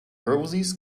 roses